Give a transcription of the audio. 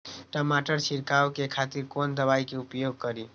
टमाटर छीरकाउ के खातिर कोन दवाई के उपयोग करी?